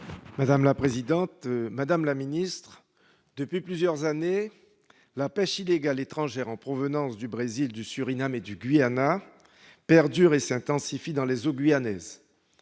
des outre-mer. Madame la ministre, depuis plusieurs années, la pêche illégale étrangère en provenance du Brésil, du Surinam et du Guyana perdure et s'intensifie dans les eaux guyanaises,